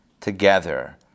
together